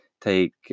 take